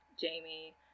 Jamie